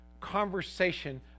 conversation